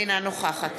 אינה נוכחת